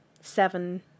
seven